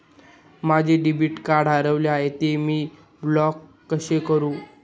माझे debit card हरविले आहे, ते मी ब्लॉक कसे करु?